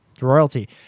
royalty